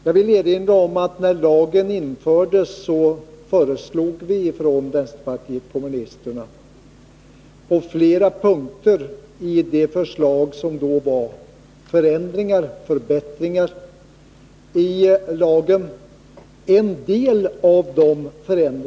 Jag vill erinra om att när lagen infördes föreslog vänsterpartiet kommunisterna förändringar och förbättringar på flera punkter i det förslag som då förelåg.